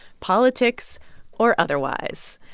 politics or otherwise.